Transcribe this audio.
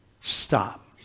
stop